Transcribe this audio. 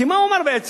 כי מה הוא אומר בעצם?